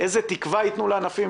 איזו תקווה יתנו לענפים,